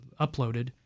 uploaded